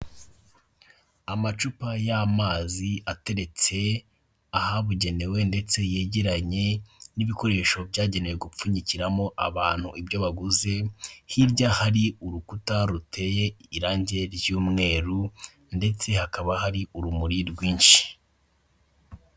Amacupa y'amazi ateretse ahabugenewe ndetse yegeranye n'ibikoresho byagenewe gupfunyikiramo abantu ibyo baguze, hirya hari urukuta ruteye irange ry'umweru ndetse hakaba hari urumuri rwinshi.